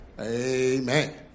Amen